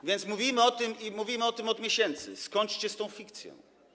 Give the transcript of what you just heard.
A więc mówimy o tym, i mówimy o tym od miesięcy: Skończcie z tą fikcją.